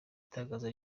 itangazo